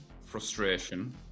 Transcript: frustration